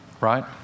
Right